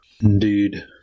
Indeed